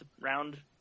round